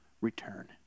return